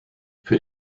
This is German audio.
für